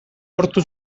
lortu